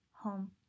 Home